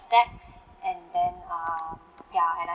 step and then um ya and I